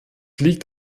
liegt